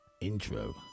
Intro